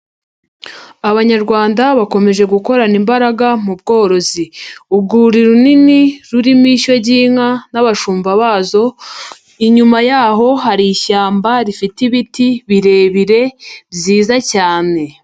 Abanyarwanda bakomeje gukorana imbaraga mu bworozi. Urwuri runini rurimo ishyo ry'inka n'abashumba bazo, inyuma yaho hari ishyamba rifite ibiti birebire byiza cyane.